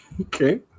Okay